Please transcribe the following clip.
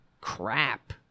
crap